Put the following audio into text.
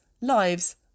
lives